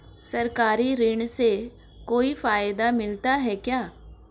सरकारी ऋण से कोई फायदा मिलता है क्या?